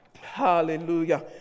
hallelujah